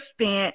spent